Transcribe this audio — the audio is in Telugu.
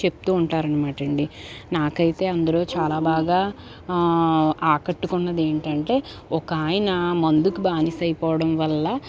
చెప్తూతూ ఉంటారనమాటండి నాకైతే అందులో చాలా బాగా ఆకట్టుకున్నది ఏంటంటే ఓకాయన మందుకి బానిస అయిపోవడం వల్ల